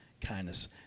kindness